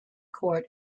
court